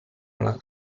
alla